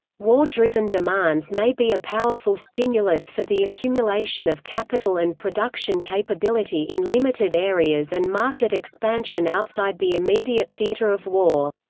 war driven demands may be a powerful stimulus for the accumulation of capital and production capability in limited areas and market expansion outside the immediate theatre of war.